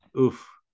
oof